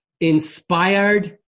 inspired